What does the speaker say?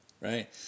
Right